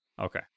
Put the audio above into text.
Okay